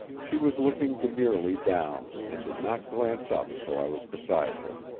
she was looking demurely down and did not glance up till i was beside her.